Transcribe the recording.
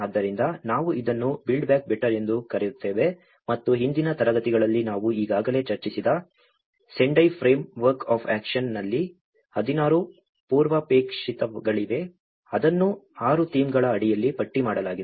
ಆದ್ದರಿಂದ ನಾವು ಇದನ್ನು BBB ಬಿಲ್ಡ್ ಬ್ಯಾಕ್ ಬೆಟರ್ ಎಂದು ಕರೆಯುತ್ತೇವೆ ಮತ್ತು ಹಿಂದಿನ ತರಗತಿಗಳಲ್ಲಿ ನಾವು ಈಗಾಗಲೇ ಚರ್ಚಿಸಿದ ಸೆಂಡೈ ಫ್ರೇಮ್ವರ್ಕ್ ಆಫ್ ಆಕ್ಷನ್ನಲ್ಲಿ 16 ಪೂರ್ವಾಪೇಕ್ಷಿತಗಳಿವೆ ಅದನ್ನು 6 ಥೀಮ್ಗಳ ಅಡಿಯಲ್ಲಿ ಪಟ್ಟಿ ಮಾಡಲಾಗಿದೆ